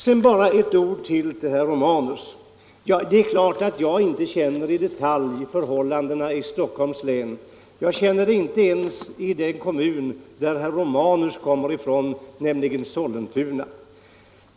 Sedan bara några ord till herr Romanus. Det är klart att jag inte i detalj känner förhållandena i Stockholms län. Jag känner dem inte ens i den kommun som herr Romanus kommer från, alltså Sollentuna.